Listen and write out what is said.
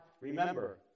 remember